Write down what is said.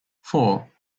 four